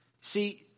See